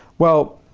well,